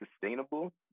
sustainable